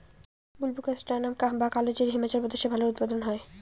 বুলবোকাস্ট্যানাম বা কালোজিরা হিমাচল প্রদেশে ভালো উৎপাদন হয়